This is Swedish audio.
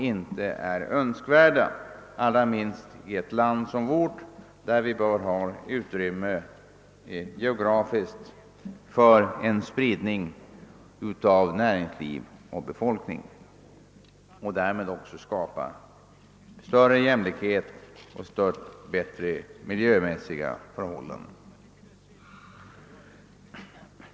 I ett land som vårt bör vi ha utrymme rent geografiskt för en spridning av näringsliv och befolkning, varigenom vi kan skapa större jämlikhet och bättre miljömässiga förhållanden.